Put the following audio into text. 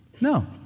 No